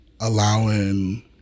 allowing